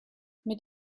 mit